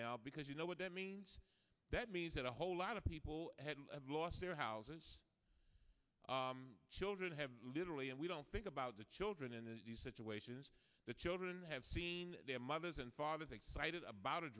now because you know what that means that means that a whole lot of people had lost their houses children have literally and we don't think about the children in this situation is the children have seen their mothers and fathers excited about a